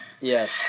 Yes